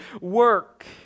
work